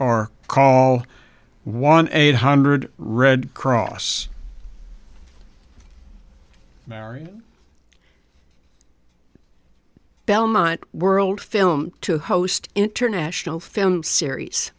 or call one eight hundred red cross mary belmont world film to host international film series